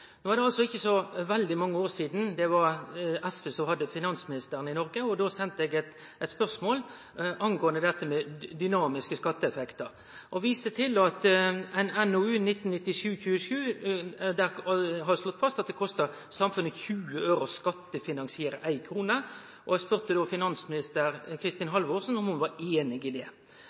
No er det ikkje så veldig mange år sidan det var SV som hadde finansministeren i Noreg, og då sende eg eit spørsmål om dynamiske skatteeffektar og viste til at i NOU 1997:27 var det slått fast at det kostar samfunnet 20 øre å skattefinansiere ei krone. Eg spurde då finansminister Kristin Halvorsen om ho var einig i det.